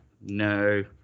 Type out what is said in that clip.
no